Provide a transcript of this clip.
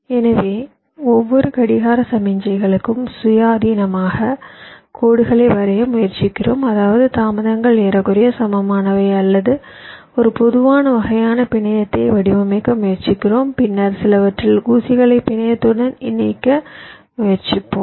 எனவே ஒவ்வொரு கடிகார சமிக்ஞைகளுக்கும் சுயாதீனமான கோடுகளை வரைய முயற்சிக்கிறோம் அதாவது தாமதங்கள் ஏறக்குறைய சமமானவை அல்லது ஒரு பொதுவான வகையான பிணையத்தை வடிவமைக்க முயற்சிக்கிறோம் பின்னர் சிலவற்றில் ஊசிகளை பிணையத்துடன் இணைக்க முயற்சிப்போம்